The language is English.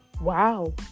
wow